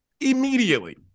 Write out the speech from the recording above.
immediately